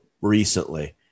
recently